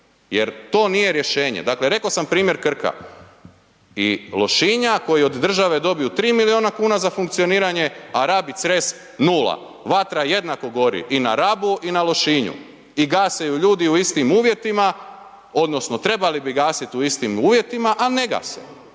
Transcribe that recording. jer to nije rješenje. Dakle, rekao sam primjer Krka i Lošinja koji od države dobiju 3 milijuna kuna za funkcioniranje, a Rab i Cres 0. Vatra jednako gori i na Rabu i na Lošinju i gase ju ljudi u istim uvjetima, odnosno trebali bi gasiti u istim uvjetima, ali ne gase